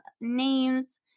names